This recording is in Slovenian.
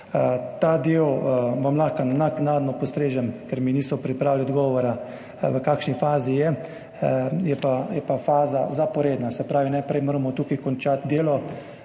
ta del vam lahko naknadno postrežem, ker mi niso pripravili odgovora, v kakšni fazi je. Je pa faza zaporedna, se pravi, najprej moramo tukaj končati delo,